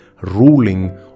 ruling